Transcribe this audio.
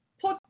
Put